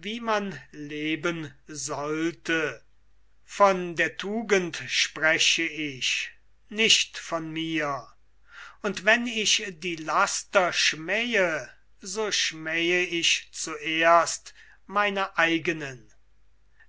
wie man leben sollte von der tugend spreche ich nicht von mir und wenn ich die laster schmähe so schmähe ich zuerst meine eigenen